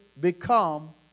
become